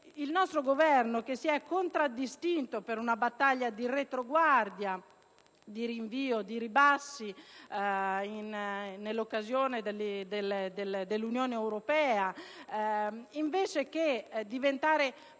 il nostro Governo, che si è contraddistinto per una battaglia di retroguardia, di rinvio, al ribasso in sede di Unione europea, invece che diventare